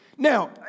Now